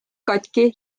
katki